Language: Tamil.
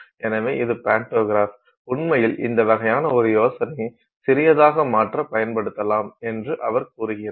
எனவே இது பாண்டோகிராஃப் உண்மையில் இந்த வகையான ஒரு யோசனையை சிறியதாக மாற்ற பயன்படுத்தலாம் என்று அவர் கூறுகிறார்